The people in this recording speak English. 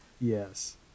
Yes